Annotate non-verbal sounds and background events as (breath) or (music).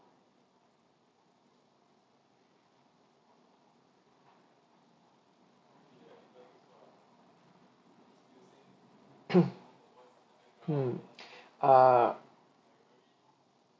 (coughs) hmm (breath) err